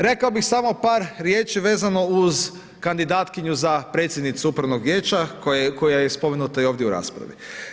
Rekao bih samo par riječi vezano uz kandidatkinju za predsjednicu upravnog vijeća, koja je spomenuta i ovdje u raspravi.